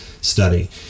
study